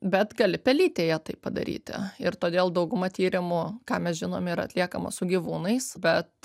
bet gali pelytėje tai padaryti ir todėl dauguma tyrimų ką mes žinom yra atliekama su gyvūnais bet